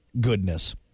goodness